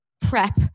prep